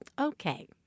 okay